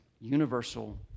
universal